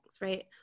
right